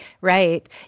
Right